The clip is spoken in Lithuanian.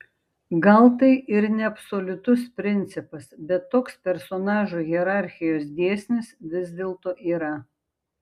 gal tai ir neabsoliutus principas bet toks personažų hierarchijos dėsnis vis dėlto yra